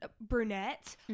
brunette